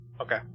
Okay